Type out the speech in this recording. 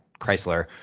Chrysler